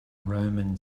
roman